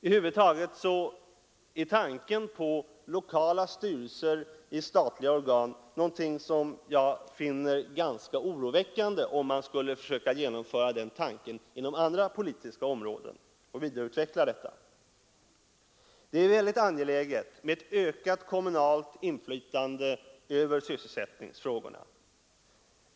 Över huvud taget är tanken på lokala styrelser i statliga organ någonting som jag finner ganska oroväckande, om man skulle försöka genomföra den tanken inom andra politiska områden och vidareutveckla detta. Det är väldigt angeläget med ett ökat kommunalt inflytande över sysselsättningsfrågorna.